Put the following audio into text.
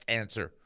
answer